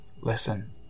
Listen